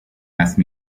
asked